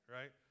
right